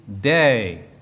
day